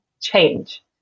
change